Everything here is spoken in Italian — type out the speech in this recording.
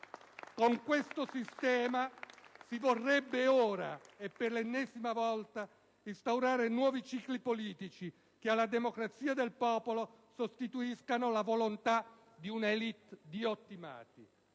Con questo sistema si vorrebbero ora, e per l'ennesima volta, instaurare nuovi cicli politici che alla democrazia del popolo sostituiscano la volontà di un'*élite* di ottimati.